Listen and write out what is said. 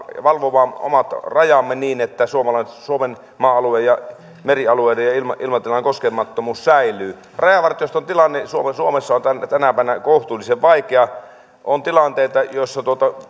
valvomaan omat rajamme niin että suomen maa alueiden merialueiden ja ilmatilan koskemattomuus säilyy rajavartioston tilanne suomessa on tänä päivänä kohtuullisen vaikea on tilanteita joissa